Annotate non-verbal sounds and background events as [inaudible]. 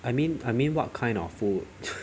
I mean I mean what kind of food [laughs]